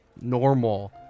normal